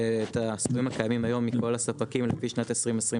הסכומים הקיימים היום מכל הספקים לפי שנת 2021,